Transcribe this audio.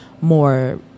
More